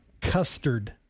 Custard